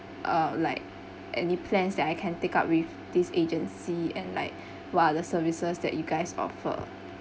uh like any plans that I can take up with this agency and like what are the services that you guys offer